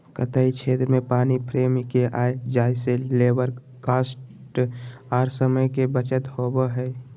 कताई क्षेत्र में पानी फ्रेम के आय जाय से लेबर कॉस्ट आर समय के बचत होबय हय